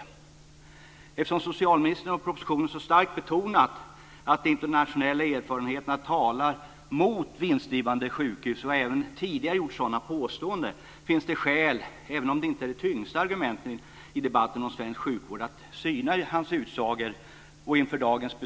Eftersom socialministern - han har även tidigare gjort sådana påståenden - och propositionen så starkt betonat att de internationella erfarenheterna talar mot vinstdrivande sjukhus finns det skäl att syna hans utsagor och inför dagens beslut bemöta dem, även om de inte utgör de tyngsta argumenten i debatten om svensk sjukvård. Fru talman!